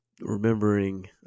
remembering